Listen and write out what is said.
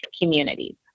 communities